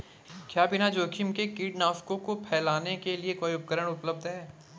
क्या बिना जोखिम के कीटनाशकों को फैलाने के लिए कोई उपकरण उपलब्ध है?